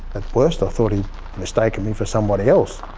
at worst i thought he'd mistaken me for somebody else.